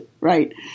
right